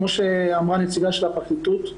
כמו שאמרה הנציגה של הפרקליטות,